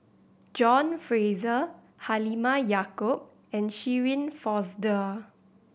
John Fraser Halimah Yacob and Shirin Fozdar